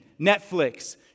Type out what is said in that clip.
Netflix